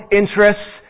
interests